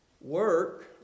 work